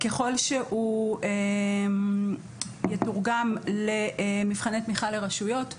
ככל שהוא יתורגם למבחני תמיכה לרשויות,